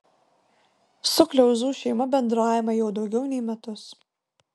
su kliauzų šeima bendraujame jau daugiau nei metus